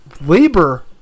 labor